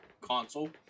console